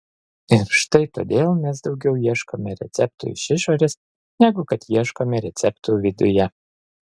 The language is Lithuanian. ir štai todėl mes daugiau ieškome receptų iš išorės negu kad ieškome receptų viduje